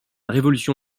révolution